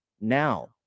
now